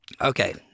okay